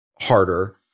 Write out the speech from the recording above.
harder